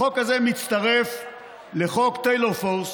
החוק הזה מצטרף לחוק טיילור פורס,